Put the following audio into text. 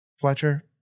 Fletcher